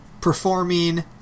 performing